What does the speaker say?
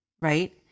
right